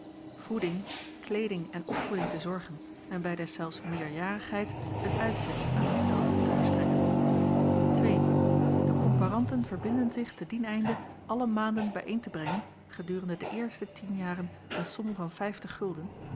voeding kleeding en opvoeding te zorgen en bij deszelfs meerderjarigheid een uitzet aan hetzelve te verstrekken ii de komparanten verbinden zich te dien einde alle maanden bijeen te brengen gedurende de eerste tien jaren een som van vijftig gulden